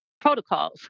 protocols